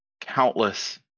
countless